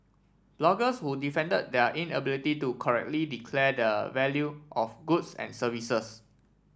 bloggers who defended their inability to correctly declare the value of goods and services